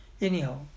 Anyhow